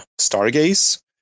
Stargaze